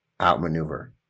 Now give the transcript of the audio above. outmaneuver